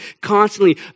constantly